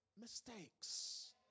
Mistakes